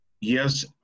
Yes